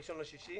בראשון ביוני,